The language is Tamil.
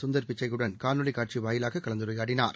சுந்தர் பிச்சையுடன் காணொலி காட்சி வாயிலாக கலந்துரையாடினார்